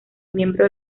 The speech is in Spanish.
miembro